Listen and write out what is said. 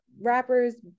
rappers